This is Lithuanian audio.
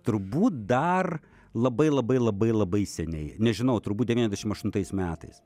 turbūt dar labai labai labai labai seniai nežinau turbūt devyniasdešimt aštuntais metais